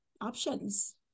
options